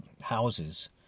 houses